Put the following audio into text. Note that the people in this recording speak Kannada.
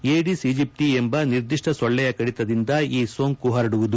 ಏಡಿಸ್ ಈಜಿಪ್ಷೀ ಎಂಬ ನಿರ್ದಿಷ್ಟ ಸೊಳ್ಳೆಯ ಕಡಿತದಿಂದ ಈ ಸೋಂಕು ಹರಡುವುದು